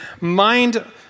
mind